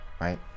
right